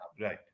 Right